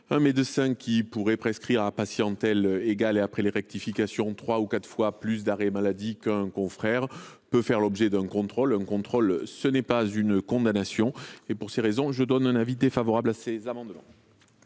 médecin qui prescrirait, à patientèle égale et après les rectifications, trois ou quatre fois plus d’arrêts maladie qu’un confrère peut faire l’objet d’un contrôle. Un contrôle, ce n’est pas une condamnation. Pour ces raisons, le Gouvernement émet un avis défavorable sur ces amendements